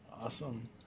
Awesome